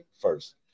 first